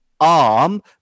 arm